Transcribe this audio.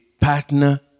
partner